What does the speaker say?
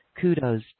kudos